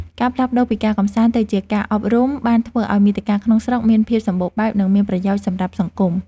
ការផ្លាស់ប្តូរពីការកម្សាន្តទៅជាការអប់រំបានធ្វើឱ្យមាតិកាក្នុងស្រុកមានភាពសម្បូរបែបនិងមានប្រយោជន៍សម្រាប់សង្គម។